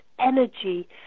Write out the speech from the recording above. energy